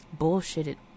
bullshitted